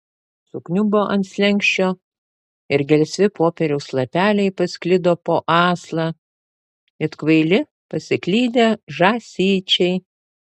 sukniubo ant slenksčio ir gelsvi popieriaus lapeliai pasklido po aslą it kvaili pasiklydę žąsyčiai